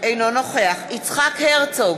אינו נוכח יצחק הרצוג,